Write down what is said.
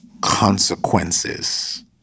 consequences